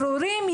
ברורים,